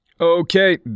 Okay